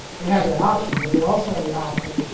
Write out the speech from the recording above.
they have that option, but they also have the option.